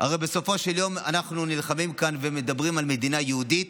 בסופו של יום אנחנו נלחמים כאן ומדברים על מדינה יהודית,